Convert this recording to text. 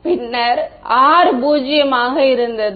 எனவே பின்னர் R பூஜ்ஜியமாக இருந்தது